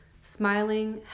smiling